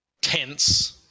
tense